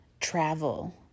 travel